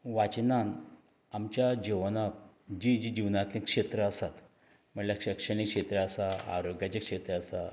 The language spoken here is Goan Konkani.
वाचनान आमच्या जिवनाक जीं जीं जिवनांतलीं क्षेत्रां आसात म्हळ्ळ्यार शैक्षणीक क्षेत्र आसा आरोग्याचें क्षेत्र आसा